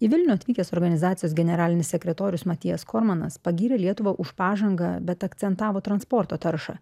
į vilnių atvykęs organizacijos generalinis sekretorius matijas kormanas pagyrė lietuvą už pažangą bet akcentavo transporto taršą